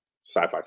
sci-fi